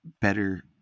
better